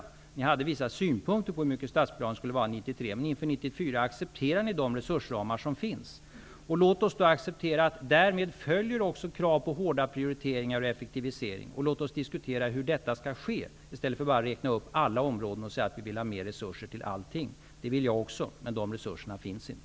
Man hade vissa synpunkter på hur stora statsbidragen skulle vara inför 1993, men inför 1994 accepterade man de resursramar som finns. Därmed följer också krav på hårda prioriteringar och effektiviseringar. Låt oss då diskutera hur detta skall ske, i stället för att bara räkna upp område efter område och säga att det skall vara mer resurser till allting. Det vill jag också, men dessa resurser finns inte.